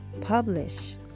Publish